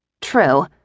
True